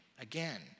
again